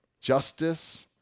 justice